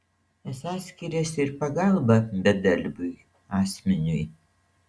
esą skiriasi ir pagalba bedarbiui asmeniui